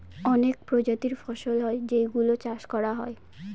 অনেক প্রজাতির ফসল হয় যেই গুলো চাষ করা হয়